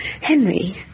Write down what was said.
Henry